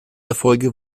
erfolge